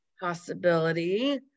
possibility